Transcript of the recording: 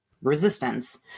resistance